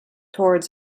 towards